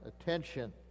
attention